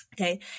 Okay